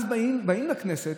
אז באים לכנסת,